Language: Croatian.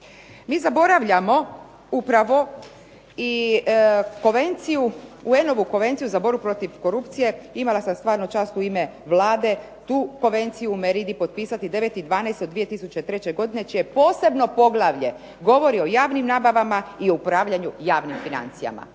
Mi zaboravljamo upravo i UN-ovu Konvenciju za borbu protiv korupcije, imala sam stvarno čast u ime Vlade tu konvenciju u Meridi potpisati 09.12.2003. godine čije posebno poglavlje govori o javnim nabavama i upravljanju javnim financijama.